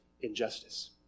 injustice